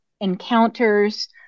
encounters